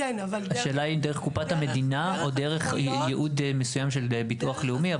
השאלה היא אם דרך קופת המדינה או דרך ייעוד מסוים של ביטוח לאומי,